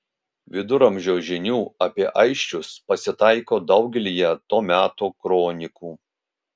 viduramžio žinių apie aisčius pasitaiko daugelyje to meto kronikų